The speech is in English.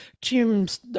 teams